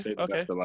Okay